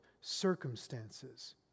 circumstances